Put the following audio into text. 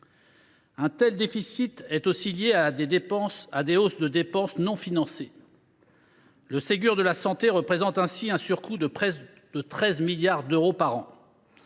Un tel déficit est aussi lié à des hausses de dépenses non financées. Le Ségur de la santé représente ainsi un surcoût de près de 13 milliards d’euros par an.